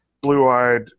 blue-eyed